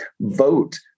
vote